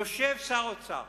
יושב שר האוצר